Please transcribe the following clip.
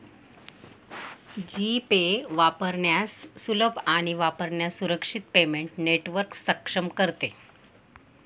जी pay वापरण्यास सुलभ आणि वापरण्यास सुरक्षित पेमेंट नेटवर्क सक्षम करते